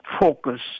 focus